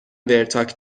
ورتاک